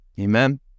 Amen